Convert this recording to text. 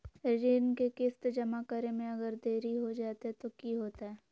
ऋण के किस्त जमा करे में अगर देरी हो जैतै तो कि होतैय?